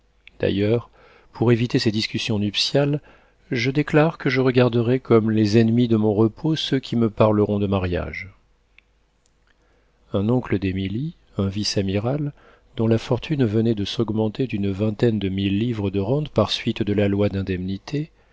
d'ailleurs pour éviter ces discussions nuptiales je déclare que je regarderai comme les ennemis de mon repos ceux qui me parleront de mariage un oncle d'émilie un vice-amiral dont la fortune venait de s'augmenter d'une vingtaine de mille livres de rente par suite de la loi d'indemnité